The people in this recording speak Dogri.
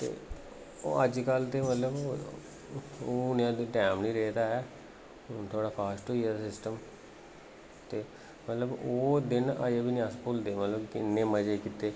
ते अजकल ते मतलब उ'ऐ नेहा टाइम निं रेह् दा ऐ हून थोह्ड़ा फास्ट होई गेदा सिस्टम ते मतलब ओह् दिन अजें बी निं अस भुलदे मतलब किन्ने मजे कीते